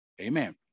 Amen